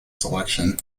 selection